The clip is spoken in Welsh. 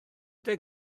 deg